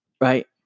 right